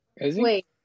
Wait